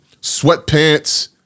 sweatpants